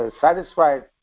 satisfied